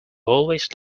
always